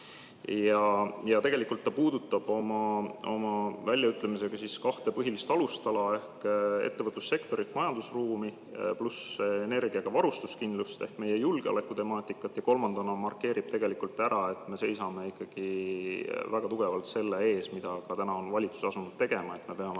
Tegelikult puudutab ta oma väljaütlemisega kahte põhilist alustala ehk ettevõtlussektorit, majandusruumi, pluss energiavarustuskindlust ehk meie julgeolekutemaatikat, ja kolmandana markeerib ära, et meil seisab ikkagi väga tugevalt ees see, mida ka valitsus on asunud tegema, et me peame